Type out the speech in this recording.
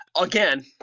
again